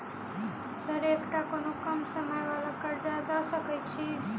Sir एकटा कोनो कम समय वला कर्जा दऽ सकै छी?